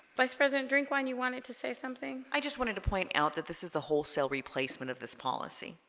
vice president drink wine you wanted to say something i just wanted to point out that this is a wholesale replacement of this policy